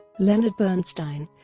leonard bernstein